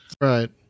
Right